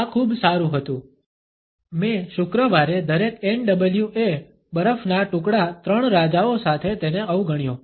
આ ખુબ સારું હતું મેં શુક્રવારે દરેક NWA બરફના ટુકડા ત્રણ રાજાઓ સાથે તેને અવગણ્યો